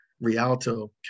Rialto